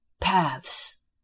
paths